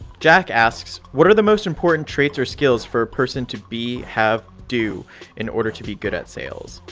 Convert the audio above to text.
jack asks, what are the most important traits or skills for a person to be, have do in order to be good at sales?